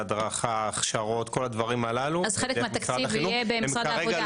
ההדרכה ההכשרות כל הדברים הללו דרך משרד החינוך,